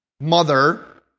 mother